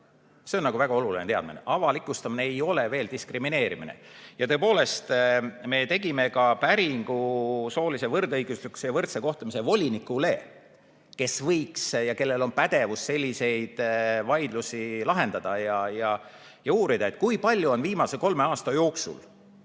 See on väga oluline teadmine. Avalikustamine ei ole veel diskrimineerimine! Ja tõepoolest, me tegime ka päringu soolise võrdõiguslikkuse ja võrdse kohtlemise volinikule, kes võiks ja kellel on pädevus selliseid vaidlusi lahendada ja uurida, kui palju on viimase kolme aasta jooksul